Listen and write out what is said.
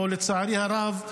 ולצערי הרב,